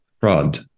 fraud